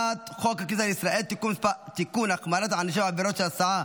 הכניסה לישראל (תיקון מס' 38) (החמרת הענישה בעבירות של הסעה,